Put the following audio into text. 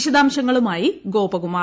വിശദാംശങ്ങളുമായി ഗോപകുമാർ